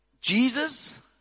Jesus